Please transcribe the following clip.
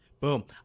Boom